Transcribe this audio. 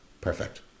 perfect